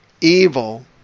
evil